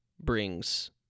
brings